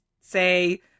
say